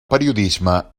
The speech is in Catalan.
periodisme